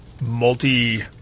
multi